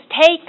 take